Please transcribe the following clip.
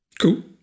Cool